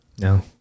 No